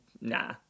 nah